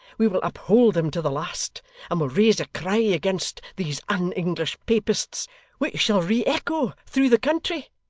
we will uphold them to the last and will raise a cry against these un-english papists which shall re-echo through the country,